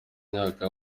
myaka